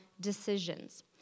decisions